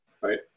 Right